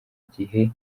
gihe